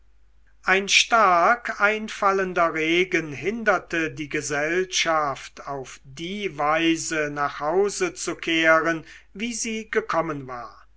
ein stark einfallender regen hinderte die gesellschaft auf die weise nach hause zu kehren wie sie gekommen war